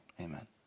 amen